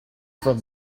from